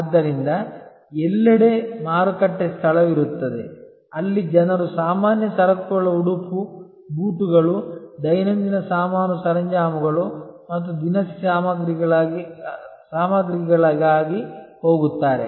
ಆದ್ದರಿಂದ ಎಲ್ಲೆಡೆ ಮಾರುಕಟ್ಟೆ ಸ್ಥಳವಿರುತ್ತದೆ ಅಲ್ಲಿ ಜನರು ಸಾಮಾನ್ಯ ಸರಕುಗಳ ಉಡುಪು ಬೂಟುಗಳು ದೈನಂದಿನ ಸಾಮಾನು ಸರಂಜಾಮುಗಳು ಮತ್ತು ದಿನಸಿ ಸಾಮಗ್ರಿಗಳಿಗಾಗಿ ಹೋಗುತ್ತಾರೆ